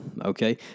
Okay